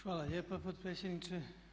Hvala lijepa potpredsjedniče.